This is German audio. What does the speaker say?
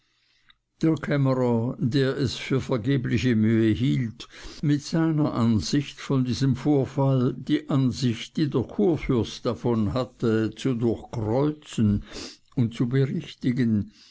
der es für vergebliche mühe hielt mit seiner ansicht von diesem vorfall die ansicht die der kurfürst davon hatte zu durchkreuzen und zu berichtigen